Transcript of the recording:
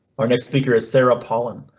our next speaker is sarah pollen.